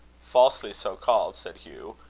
falsely so called, said hugh,